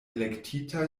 elektita